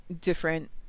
different